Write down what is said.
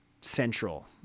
central